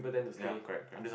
ya correct correct